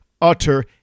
utter